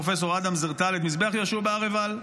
פרופ' אדם זרטל את מזבח יהושע בהר עיבל,